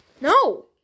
no